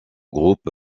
groupe